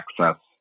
access